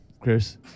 Chris